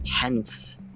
tense